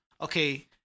okay